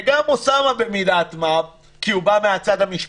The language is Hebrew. וגם אוסאמה במידת מה, כי הוא בא מהצד המשפטי,